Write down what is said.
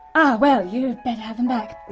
ah. well you'd better have them back.